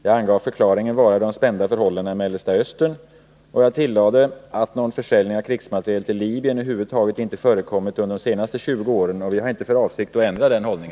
Jag angav förklaringen vara de spända förhållandena i Mellanöstern, och jag tillade att någon försäljning av krigsmateriel till Libyen över huvud taget inte har förekommit under de senaste 20 åren. Vi har inte för avsikt att ändra denna hållning.